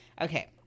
okay